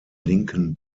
linken